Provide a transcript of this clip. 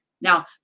Now